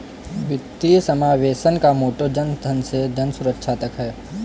वित्तीय समावेशन का मोटो जनधन से जनसुरक्षा तक है